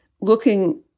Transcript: looking